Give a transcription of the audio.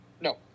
No